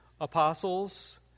apostles